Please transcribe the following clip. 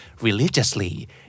Religiously, (